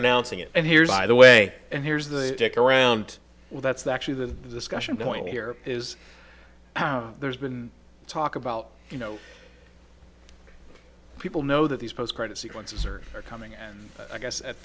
announcing it and here's by the way and here's the kicker around well that's actually the discussion point here is there's been talk about you know people know that these postcards sequences are coming and i guess at